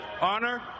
Honor